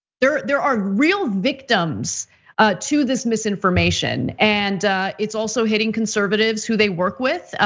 there there are real victims to this misinformation and it's also hitting conservatives who they work with.